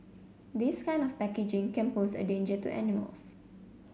this kind of packaging can pose a danger to animals